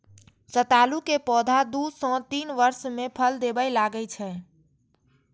सतालू के पौधा दू सं तीन वर्ष मे फल देबय लागै छै